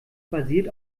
basiert